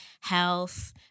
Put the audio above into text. health